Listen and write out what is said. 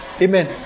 Amen